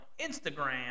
Instagram